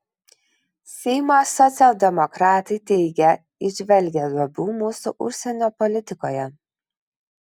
seimo socialdemokratai teigia įžvelgią duobių mūsų užsienio politikoje